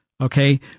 Okay